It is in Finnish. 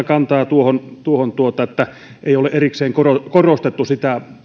kantaa tuohon että ei ole erikseen korostettu sitä